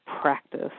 practice